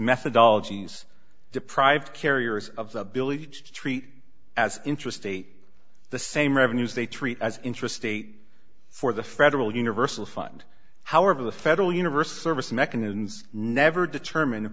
methodology deprived carriers of the believed treat as intrastate the same revenues they treat as intrastate for the federal universal fund however the federal universe service mechanisms never determine